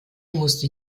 musste